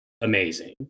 amazing